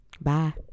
Bye